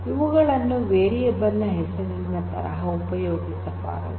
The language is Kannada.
ಇವುಗಳನ್ನು ವೇರಿಯಬಲ್ ನ ಹೆಸರಿನ ತರಹ ಉಪಯೋಗಿಸಬಾರದು